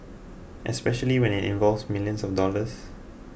especially when it involves millions of dollars